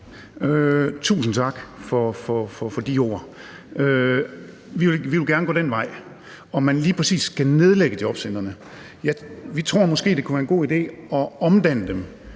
Tusind tak for de ord. Vi vil gerne gå den vej. Om man lige præcis skal nedlægge jobcentrene, ved jeg ikke. Vi tror måske, det kunne være en god idé at omdanne dem